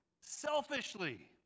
selfishly